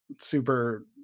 super